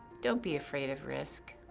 don't be afraid of risk.